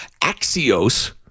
Axios